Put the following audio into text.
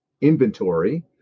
Inventory